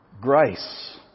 grace